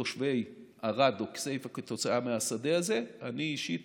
בתושבי ערד או כסייפה כתוצאה מהשדה הזה, אני אישית